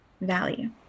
value